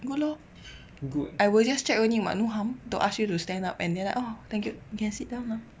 good lor I will just check only [what] no harm to ask you to stand up and then like oh thank you can sit now